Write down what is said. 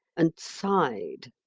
and sighed.